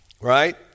right